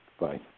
Bye